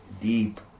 deep